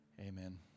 Amen